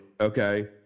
Okay